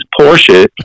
porsche